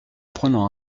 prenant